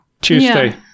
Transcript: Tuesday